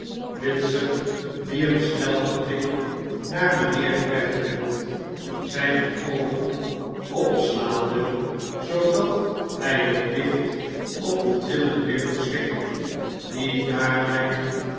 bitzer wierp snel een blik naar mijnheer gradgrind zijne oogen opslaande zoodat hij het licht op de trillende wimpers ving die daarbij